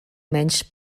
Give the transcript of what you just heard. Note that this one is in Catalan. menys